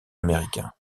américain